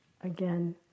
Again